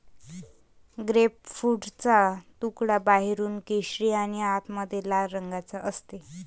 ग्रेपफ्रूटचा तुकडा बाहेरून केशरी आणि आतमध्ये लाल रंगाचा असते